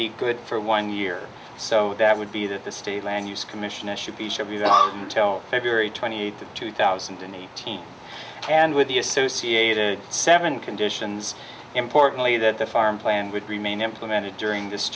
be good for one year so that would be that the state land use commission as should be should tell feb twenty eighth two thousand and eighteen and with the associated seven conditions importantly that the farm plan would remain implemented during this